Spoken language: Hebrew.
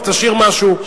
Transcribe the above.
אז תשאיר משהו,